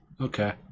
Okay